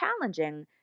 challenging